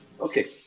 Okay